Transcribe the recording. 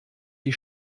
die